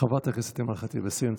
חברת הכנסת אימאן ח'טיב יאסין,